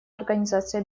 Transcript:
организации